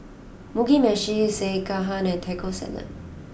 Mugi Meshi Sekihan and Taco Salad